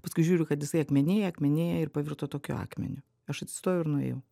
paskui žiūriu kad jisai akmenėja akmenėja ir pavirto tokiu akmeniu aš atsistojau ir nuėjau